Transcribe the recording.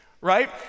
right